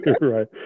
Right